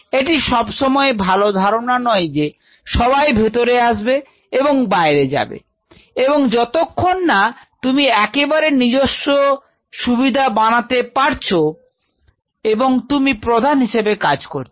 এটি সব সময়ে ভালো ধারণা নয় যে সবাই ভেতরে আসবে এবং বাইরে যাবি এবং যতক্ষণ না তুমি একেবারে নিজস্ব কিছু সুবিধা বানাতে পারছ এবং তুমি প্রধান হিসেবে কাজ করছ